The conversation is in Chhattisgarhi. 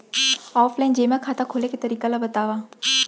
ऑफलाइन जेमा खाता खोले के तरीका ल बतावव?